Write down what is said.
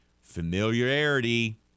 Familiarity